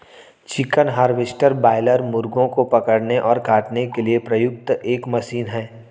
chicken harvester broiler मुर्गों को पकड़ने और काटने के लिए प्रयुक्त एक मशीन है